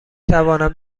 توانم